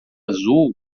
azul